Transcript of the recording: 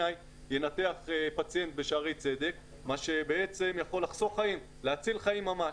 ינתח פציינט בשערי צדק מה שבעצם יכול להציל חיים ממש.